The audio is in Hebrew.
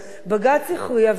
והגיע הזמן שגם אנחנו,